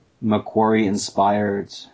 Macquarie-inspired